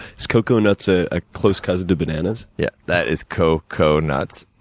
is coconuts a ah close cousin to bananas? yeah. that is coconuts.